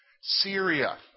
Syria